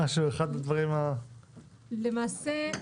הניקוז."; למעשה,